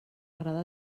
agrada